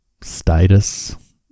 status